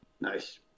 Nice